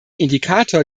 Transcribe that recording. indikator